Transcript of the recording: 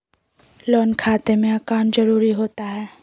Loan खाते में account जरूरी होता है?